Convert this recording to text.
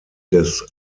des